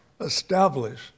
establish